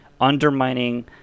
undermining